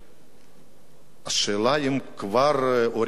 השאלה אם הוא כבר הוריד את השלטר של קדימה,